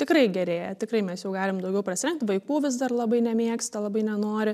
tikrai gerėja tikrai mes jau galim daugiau prasilenkt vaikų vis dar labai nemėgsta labai nenori